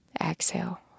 Exhale